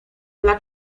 dla